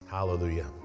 Hallelujah